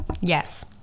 yes